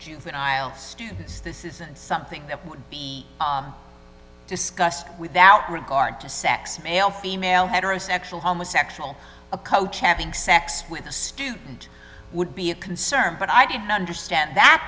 juvenile students this isn't something that would be discussed without regard to sex male female heterosexual homosexual a coach having sex with a student would be a concern but i didn't understand that